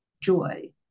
joy